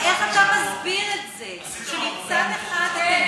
אז איך אתה מסביר את זה שמצד אחד אתם